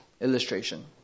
illustration